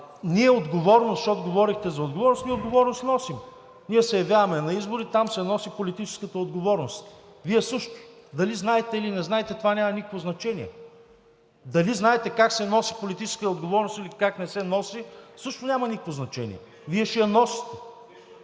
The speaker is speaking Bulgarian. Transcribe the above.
Ние отговорност, защото говорехте за отговорност, си носим. Ние се явяваме на избори, там се носи политическата отговорност – Вие също. Дали знаете, или не знаете – това няма никакво значение. Дали знаете как се носи политическа отговорност, или как не се носи също няма никакво значение – Вие ще я носите.